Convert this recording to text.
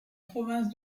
province